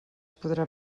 podrà